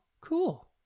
cool